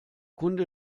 kunde